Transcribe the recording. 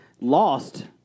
Lost